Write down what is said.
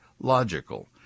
logical